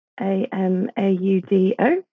A-M-A-U-D-O